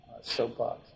soapbox